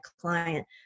client